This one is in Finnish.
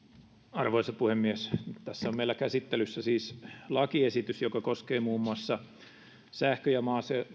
arvoisa puhemies tässä on meillä käsittelyssä siis lakiesitys joka koskee muun muassa sähkö ja